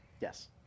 Yes